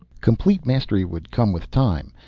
complete mastery would come with time,